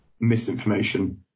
misinformation